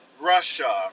Russia